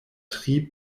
tri